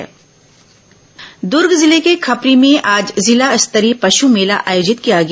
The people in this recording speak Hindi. दूर्ग पश् मेला दूर्ग जिले के खपरी में आज जिला स्तरीय पश् मेला आयोजित किया गया